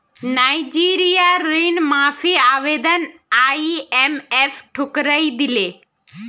नाइजीरियार ऋण माफी आवेदन आईएमएफ ठुकरइ दिले